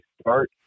start